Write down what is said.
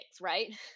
right